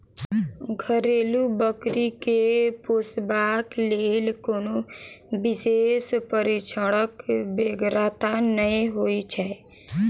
घरेलू बकरी के पोसबाक लेल कोनो विशेष प्रशिक्षणक बेगरता नै होइत छै